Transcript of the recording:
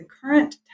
current